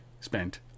spent